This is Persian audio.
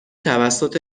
توسط